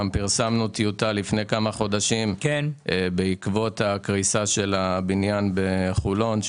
גם פרסמנו טיוטה לפני כמה חודשים בעקבות הקריסה של הבניין בחולון.